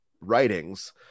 writings